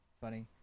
funny